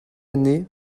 année